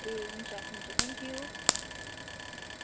ए हुन्छ हुन्छ thank you हुन्छ